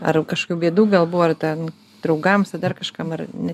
ar kažkokių bėdų gal buvo ar ten draugams ar dar kažkam ar ne